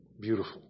Beautiful